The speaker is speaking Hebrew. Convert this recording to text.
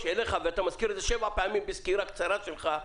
אליך ואתה מזכיר את זה שבע פעמים בסקירה קצרה שלך,